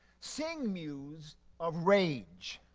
sing muse of rage.